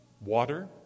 water